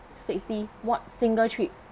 sixty one single trip